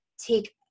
take